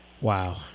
Wow